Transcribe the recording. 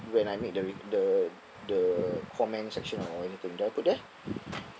when I make the re~ the the comment section or I need to do I put there